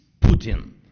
Putin